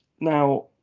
Now